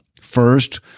First